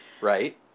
Right